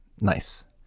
Nice